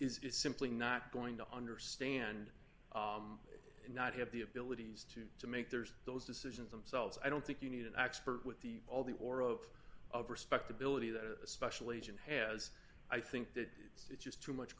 old is simply not going to understand and not have the abilities to to make theirs those decisions themselves i don't think you need an expert with the all the aura of respectability that a special agent has i think that it's just too much